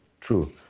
true